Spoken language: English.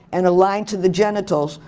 and a line to the genitals,